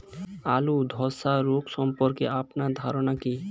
আলু ধ্বসা রোগ সম্পর্কে আপনার ধারনা কী?